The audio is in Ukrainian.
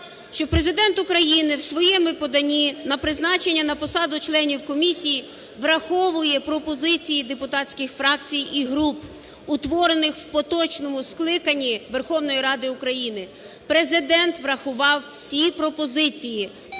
що Президент України в своєму поданні на призначення на посаду членів комісії враховує пропозиції депутатських фракцій і груп, утворених в поточному скликанні Верховної Ради України. Президент врахував всі пропозиції